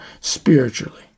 spiritually